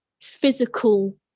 physical